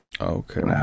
okay